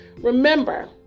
Remember